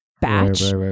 batch